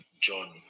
john